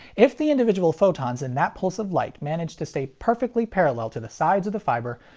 if the individual photons in that pulse of light manage to stay perfectly parallel to the sides of the fiber,